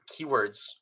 keywords